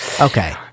Okay